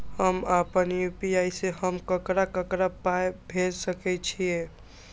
हम आपन यू.पी.आई से हम ककरा ककरा पाय भेज सकै छीयै?